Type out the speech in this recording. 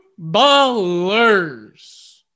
ballers